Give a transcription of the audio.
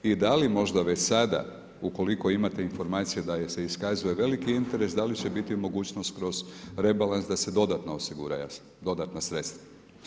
I da li možda već sada, ukoliko imate informacije da se iskazuje veliki interes, da li će biti mogućnost kroz rebalans da se dodatno osigura dodatna sredstva.